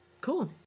cool